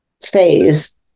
phase